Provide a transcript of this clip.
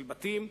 של בתים,